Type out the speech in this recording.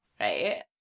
right